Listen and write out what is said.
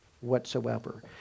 whatsoever